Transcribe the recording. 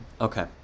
Okay